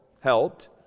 helped